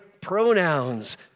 pronouns